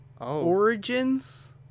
Origins